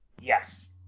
yes